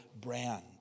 brand